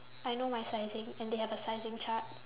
I know my sizing and they have a sizing chart